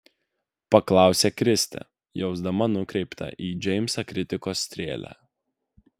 paklausė kristė jausdama nukreiptą į džeimsą kritikos strėlę